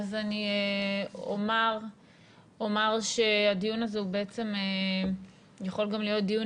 אני אומר שהדיון הזה הוא בעצם יכול גם להיות דיון